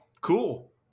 cool